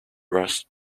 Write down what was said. rushed